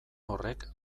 horrek